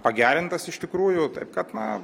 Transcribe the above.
pagerintas iš tikrųjų taip kad na